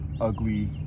Ugly